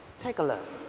take a look.